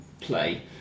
play